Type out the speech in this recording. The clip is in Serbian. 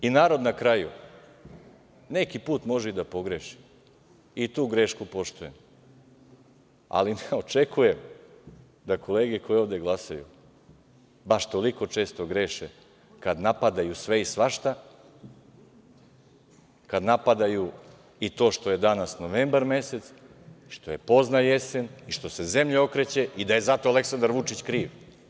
Narod na kraju, neki put može i da pogreši i tu grešku poštujem, ali ne očekuje da kolege koje ovde glasaju baš toliko često greše kad napadaju sve i svašta, kad napadaju i to što je danas novembar mesec, što je pozna jesen i što se zemlja okreće i da je zato Aleksandar Vučić kriv.